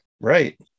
Right